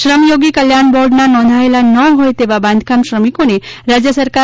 શ્રમયોગી કલ્યાણ બોર્ડમાં નોંધાયેલા ન હોય તેવા બાંધકામ શ્રમિકોને રાજ્ય સરકાર